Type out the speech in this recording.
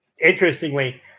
Interestingly